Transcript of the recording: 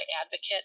advocate